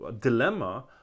dilemma